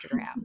Instagram